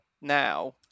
now